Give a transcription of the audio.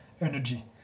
energy